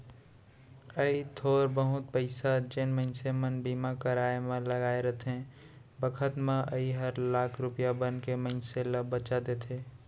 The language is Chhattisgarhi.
अइ थोर बहुत पइसा जेन मनसे मन बीमा कराय म लगाय रथें बखत म अइ हर लाख रूपया बनके मनसे ल बचा देथे